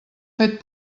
fet